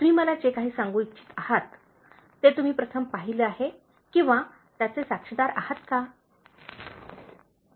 तुम्ही मला जे काही सांगू इच्छित आहात ते तुम्ही प्रथम पाहिले आहे किंवा त्याचे साक्षीदार आहात का